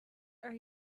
are